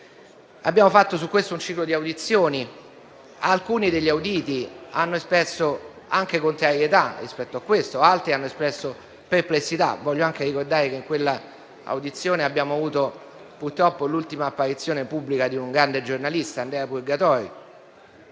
Abbiamo fatto su questo un ciclo di audizioni: alcuni degli auditi hanno espresso anche contrarietà sul punto, altri perplessità. Voglio anche ricordare che in un'audizione abbiamo avuto purtroppo l'ultima apparizione pubblica di un grande giornalista, Andrea Purgatori.